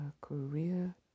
Korea